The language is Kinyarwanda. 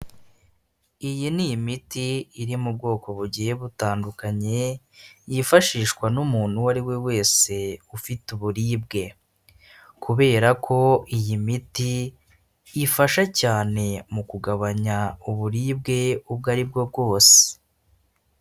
Iyi ni imiti iri mu bwoko bugiye butandukanye yifashishwa n'umuntu uwo ari we wese ufite uburibwe, kubera ko iyi miti ifasha cyane mu kugabanya uburibwe ubwo ari bwo bwose.